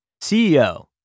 CEO